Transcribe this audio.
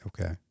okay